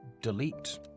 delete